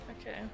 Okay